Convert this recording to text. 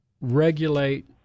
regulate